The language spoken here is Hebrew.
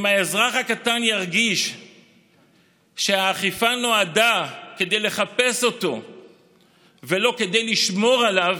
אם האזרח הקטן ירגיש שהאכיפה נועדה כדי לחפש אותו ולא כדי לשמור עליו,